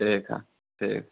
ठीक है ठीक